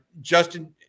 Justin